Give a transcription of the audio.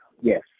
yes